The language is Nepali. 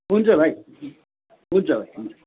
हुन्छ भाइ हुन्छ भाइ